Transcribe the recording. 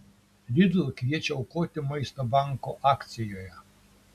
lidl kviečia aukoti maisto banko akcijoje